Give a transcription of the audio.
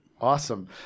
Awesome